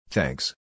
Thanks